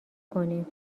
کنیم